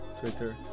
twitter